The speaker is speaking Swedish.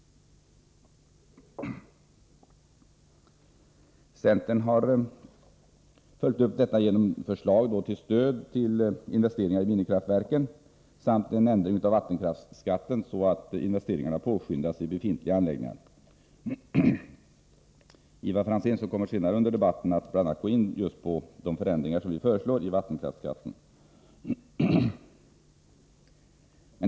Centern har följt upp detta genom förslag om stöd till investeringar i minikraftverken samt om en ändring av vattenkraftsskatten så att investeringarna påskyndas i befintliga anläggningar. Ivar Franzén kommer senare under debatten att gå in på bl.a. de förändringar som vi föreslår i fråga om vattenkraftsskatten.